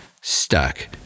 stuck